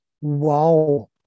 wow